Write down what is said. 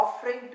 Offering